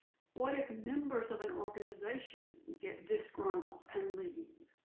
what if members of an organization get disgruntled and leave?